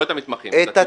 לא את המתמחים, את הציבור.